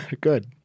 good